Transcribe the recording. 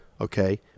Okay